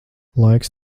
laiks